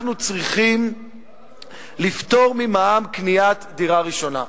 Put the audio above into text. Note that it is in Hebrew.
אנחנו צריכים לפטור ממע"מ קניית דירה ראשונה.